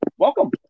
welcome